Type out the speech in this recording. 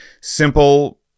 simple